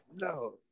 No